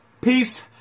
peace